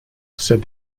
said